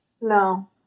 No